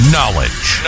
Knowledge